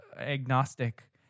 agnostic